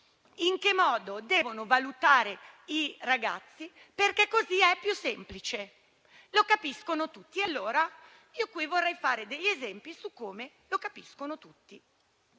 in che modo devono valutare i ragazzi, perché così è più semplice e lo capiscono tutti. Vorrei fare allora degli esempi su come lo capiscono tutti.